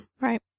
Right